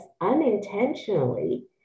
unintentionally